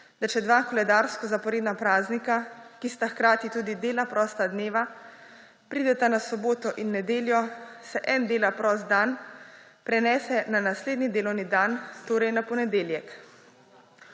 da če dva koledarsko zaporedna praznika, ki sta hkrati tudi dela prosta dneva, prideta na soboto in nedeljo, se en dela prost dan prenese na naslednji delovni dan, torej na ponedeljek.